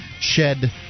shed